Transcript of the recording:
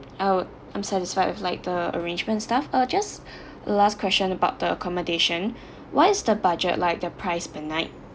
I'd I'm satisfied with like the arrangement stuff uh just a last question about the accommodation what is the budget like the price per night